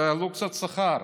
תעלו קצת שכר.